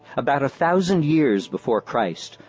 about a thousand years before christ,